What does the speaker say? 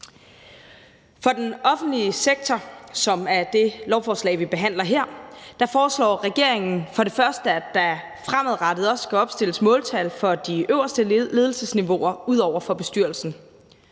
For den offentlige sektor, som er det, det lovforslag, vi behandler her, handler om, foreslår regeringen for det første, at der fremadrettet også skal opstilles måltal for de øverste ledelsesniveauer ud over for bestyrelsen.